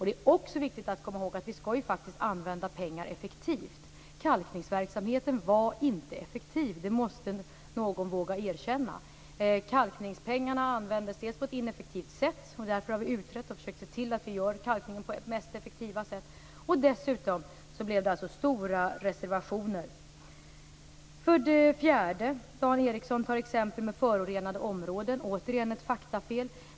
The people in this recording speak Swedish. Det är också viktigt att komma ihåg att vi faktiskt skall använda pengar effektivt. Kalkningsverksamheten var inte effektiv. Det måste någon våga erkänna. Kalkningspengarna användes dels på ett ineffektivt sätt, och därför har vi utrett frågan och försökt se till att vi gör kalkningen på det mesta effektiva sätt, dels blev det stora reservationer. För det fjärde tar Dan Ericsson förorenade områden som exempel. Återigen är det faktafel.